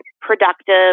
productive